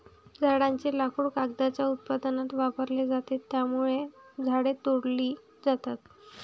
झाडांचे लाकूड कागदाच्या उत्पादनात वापरले जाते, त्यामुळे झाडे तोडली जातात